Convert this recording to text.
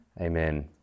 Amen